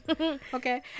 Okay